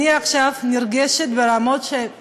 עכשיו אני נרגשת ברמות, פשוט,